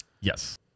Yes